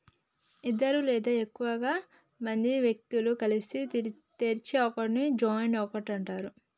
ఇద్దరు లేదా ఎక్కువ మంది వ్యక్తులు కలిసి తెరిచే అకౌంట్ ని జాయింట్ అకౌంట్ అంటరు